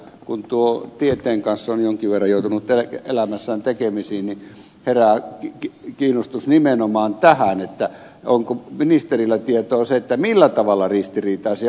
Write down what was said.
kun tieteen kanssa on jonkin verran joutunut elämässään tekemisiin niin herää kiinnostus nimenomaan tähän onko ministerillä tietoa siitä millä tavalla ristiriitaisia